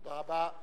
תודה רבה.